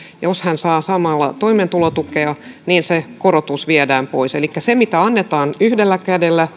niin jos hän saa samalla toimeentulotukea se korotus viedään pois elikkä sen mitä annetaan yhdellä kädellä